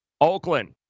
Oakland